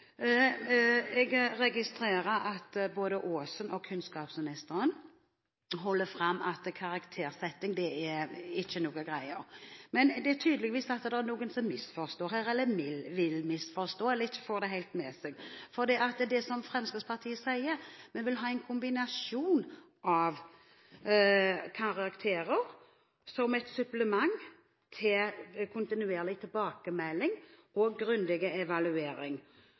Jeg registrerer at både representanten Aasen og kunnskapsministeren holder fram at karaktersetting ikke er noe til greier. Det er tydelig at det er noen som misforstår her, som vil misforstå, eller som ikke får det helt med seg. Fremskrittspartiet sier at vi vil ha en kombinasjon, med karakterer som et supplement til kontinuerlig tilbakemelding og grundig evaluering.